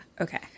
Okay